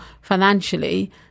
financially